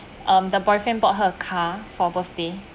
um the boyfriend bought her a car for birthday